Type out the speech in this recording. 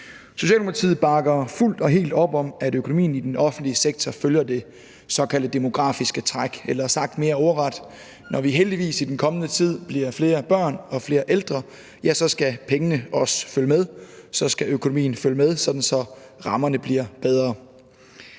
Socialdemokratiet bakker fuldt og helt op om, at økonomien i den offentlige sektor følger det såkaldte demografiske træk, eller sagt mere ordret: Når vi heldigvis i den kommende tid bliver flere børn og flere ældre, skal pengene også følge med. Økonomien skal følge med, sådan at rammerne bliver bedre.